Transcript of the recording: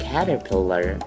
Caterpillar